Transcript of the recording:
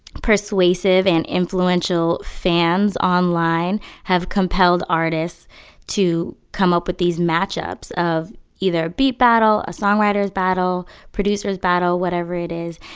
persuasive and influential fans online have compelled artists to come up with these matchups of either a beat battle, a songwriters battle, producers battle whatever it is.